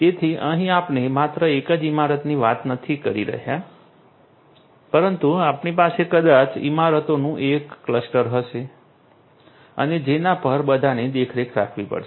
તેથી અહીં આપણે માત્ર એક જ ઈમારતની વાત નથી કરી રહ્યા પરંતુ આપણી પાસે કદાચ ઈમારતોનું એક ક્લસ્ટર હશે અને જેના પર બધાની દેખરેખ રાખવી પડશે